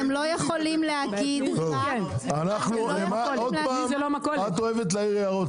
אתם לא יכולים להגיד --- את אוהבת להעיר הערות,